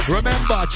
Remember